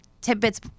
tidbits